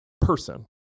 person